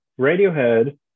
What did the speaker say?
radiohead